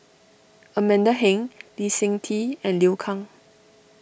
Amanda Heng Lee Seng Tee and Liu Kang